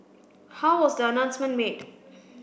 how was the announcement made